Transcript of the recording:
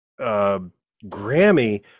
Grammy